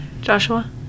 Joshua